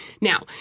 Now